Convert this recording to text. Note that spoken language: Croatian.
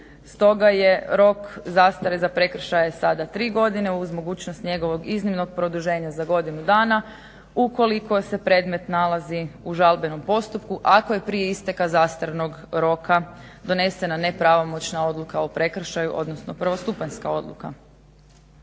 Stoga je rok zastare za prekršaje sada tri godine uz mogućnost njegovog iznimnog produženja za godinu dana ukoliko se predmet nalazi u žalbenom postupku ako je prije isteka zastarnog roka donesena nepravomoćna odluka o prekršaju odnosno prvostupanjska odluka.